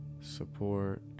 support